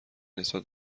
نسبت